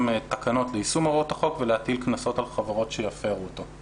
תקנות ליישום הוראות החוק ולהטיל קנסות על חברות שיפרו אותו.